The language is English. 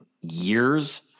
years